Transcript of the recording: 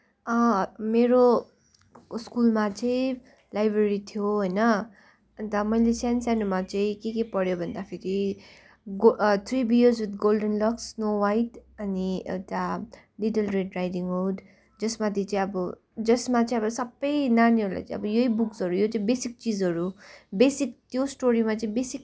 मेरो स्कुलमा चाहिँ लाइब्रेरी थियो होइन अन्त मैले सान सानोमा चाहिँ के के पढेँ भन्दाखेरि go three bears with golden ducks snow white अनि एउटा डिटेल रेड राइडिङ हुड जसमाथि चाहिँ अब जसमा चाहिँ अब सबै नानीहरूले चाहिँ अब यही बुक्सहरू यो चाहिँ बेसिक चिजहरू हो बेसिक त्यो स्टोरीमा चाहिँ बेसिक